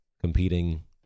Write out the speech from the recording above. competing